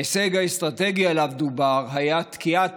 ההישג האסטרטגי שעליו דובר היה תקיעת